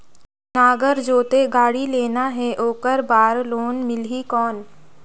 नागर जोते गाड़ी लेना हे ओकर बार लोन मिलही कौन?